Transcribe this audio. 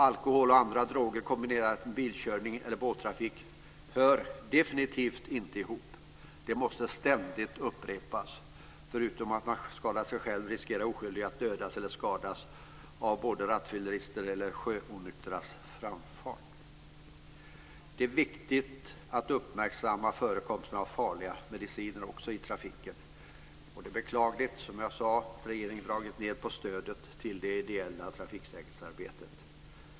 Alkohol och andra droger kombinerat med bilkörning eller båttrafik hör definitivt inte ihop. Det måste ständigt upprepas. Förutom att man kan skada sig själv, riskerar oskyldiga att dödas eller skadas av både rattfylleristers och sjöonyktras framfart. Det är också viktigt att uppmärksamma förekomsten av farliga mediciner i trafiken. Det är beklagligt, som jag sade, att regeringen har dragit ned på stödet till det ideella trafiksäkerhetsarbetet.